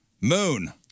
Moon